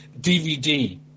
DVD